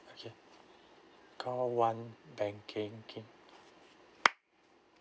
okay call one banking K